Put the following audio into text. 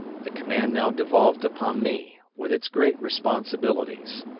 the command now devolved upon me, with its great responsibilities.